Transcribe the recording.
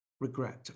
regret